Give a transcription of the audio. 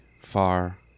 far